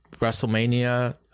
WrestleMania